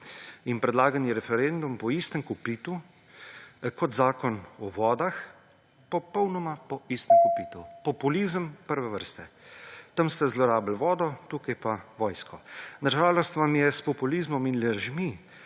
In predlagani referendum po istem kopitu kot Zakon o vodah, popolnoma po istem kopitu. Populizem prve vrste. Tam ste zlorabil vodo, tukaj pa vojsko. Na žalost vam je s populizmom in lažmi